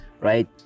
right